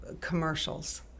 commercials